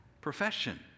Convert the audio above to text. profession